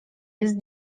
jest